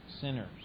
sinners